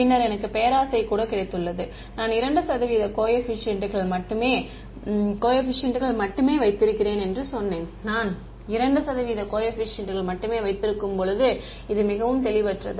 பின்னர் எனக்கு பேராசை கூட கிடைத்துள்ளது நான் 2 சதவிகித கோஏபிசியன்ட் கள் மட்டுமே வைத்திருக்கிறேன் என்று சொன்னேன் நான் 2 சதவீத கோஏபிசியன்ட் கள் மட்டுமே வைத்திருக்கும்போது இது மிகவும் தெளிவற்றது